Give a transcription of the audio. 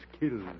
killed